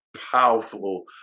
powerful